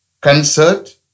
concert